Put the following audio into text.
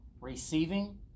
receiving